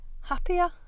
happier